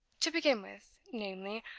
to begin with namely,